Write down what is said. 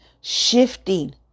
shifting